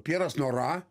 pjeras nora